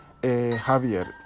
Javier